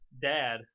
dad